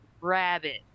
rabbit